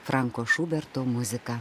franko šuberto muzika